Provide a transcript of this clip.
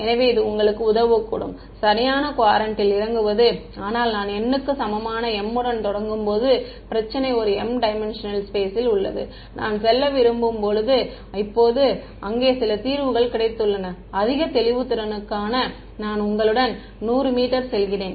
எனவே இது உங்களுக்கு உதவக்கூடும் சரியான குவாட்ரண்டில் இறங்குவது ஆனால் நான் n க்கு சமமான m உடன் தொடங்கும் போது பிரச்சினை ஒரு m டைமென்ஷெனல் ஸ்பேசில் உள்ளது நான் செல்ல விரும்பும் போது இப்போது அங்கே சில தீர்வுகள் கிடைத்துள்ளன அதிக தெளிவுத்திறனுக்காக நான் உங்களுடன் 100m செல்கிறேன்